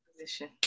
Position